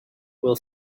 will